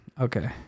Okay